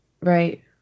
right